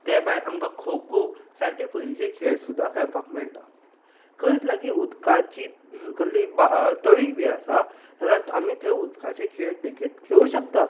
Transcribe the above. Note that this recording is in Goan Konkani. ते भायर आमकां खो खो सारके पयलीचे खेळ सुद्दां खेळपाक मेळटा खंय लागीं उदकाची कसली बा तळी बी आसा जाल्यार आमी थंय उदकाचे खेळ लेगीत खेळूंक शकतात